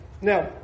now